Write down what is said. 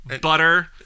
butter